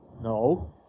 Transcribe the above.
No